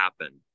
happen